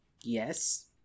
Yes